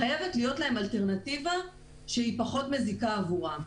חייבת להיות להם אלטרנטיבה שהיא פחות מזיקה עבורם.